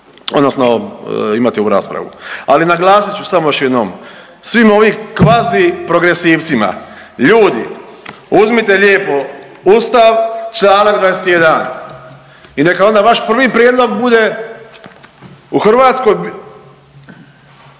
odnosno imati ovu raspravu. Ali, naglasit ću samo još jednom, svim ovim kvaziprogresivcima, ljudi, uzmite lijepo Ustav, čl. 21 i neka onda vaš prvi prijedlog bude u Hrvatskoj,